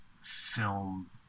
film